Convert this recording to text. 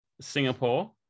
Singapore